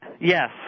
Yes